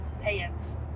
pants